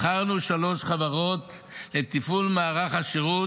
בחרנו שלוש חברות לתפעול מערך השירות,